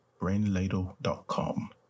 BrainLadle.com